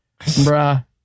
bruh